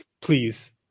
please